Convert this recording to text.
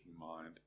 mind